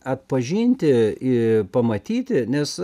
atpažinti i pamatyti nes